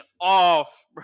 off